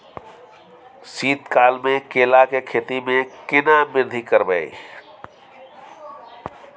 शीत काल मे केला के खेती में केना वृद्धि करबै?